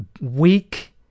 weak